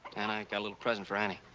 and i got a little present for annie.